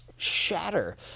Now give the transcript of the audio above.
Shatter